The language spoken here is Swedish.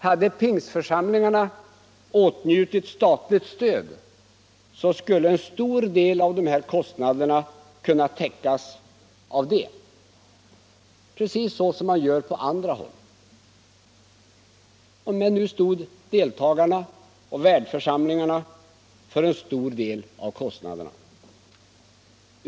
Hade pingstförsamlingarna åtnjutit statligt stöd så skulle en stor del av dessa kostnader ha kunnat täckas av detta, precis som man gör på andra håll, mén nu stod deltagarna och värdförsamlingarna för kostnaderna.